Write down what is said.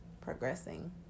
progressing